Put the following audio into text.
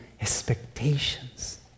expectations